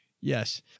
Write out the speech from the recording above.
yes